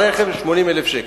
הרכב הוא 80,000 שקל.